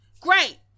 Great